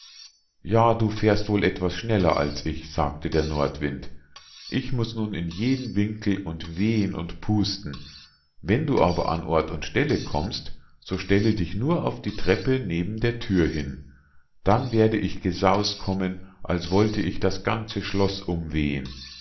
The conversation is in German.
ja du fährst wohl etwas schneller als ich sagte der nordwind ich muß nun in jeden winkel und wehen und pusten wenn du aber an ort und stelle kommst so stelle dich nur auf die treppe neben der thür hin dann werde ich gesaus't kommen als wollte ich das ganze schloß umwehen